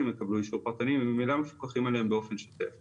בוודאי שהם יקבלו והם ממילא מפוקחים על ידי הרשות באופן שוטף.